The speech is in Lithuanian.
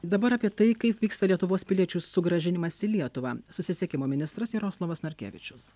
dabar apie tai kaip vyksta lietuvos piliečių sugrąžinimas į lietuvą susisiekimo ministras jaroslavas narkevičius